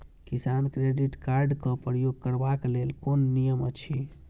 किसान credit card क प्रयोग करबाक लेल कोन नियम अछि?